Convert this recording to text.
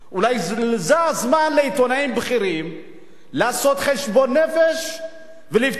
אולי זה הזמן לעיתונאים בכירים לעשות חשבון נפש ולפתוח